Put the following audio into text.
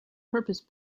purpose